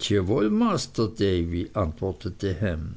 djewoll masr davy antwortete ham